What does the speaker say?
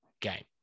game